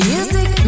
Music